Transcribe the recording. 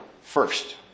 first